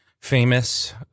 famous